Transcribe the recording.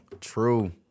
True